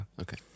Okay